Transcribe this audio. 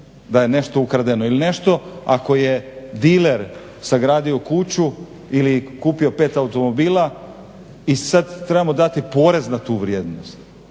da je nešto ukradeno ili nešto ako je diler sagradio kuću ili kupio pet automobila i sada trebamo dati porez na tu vrijednost